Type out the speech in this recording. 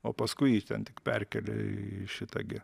o paskui jį ten tik perkėlė į šitą gi